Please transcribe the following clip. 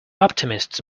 optimists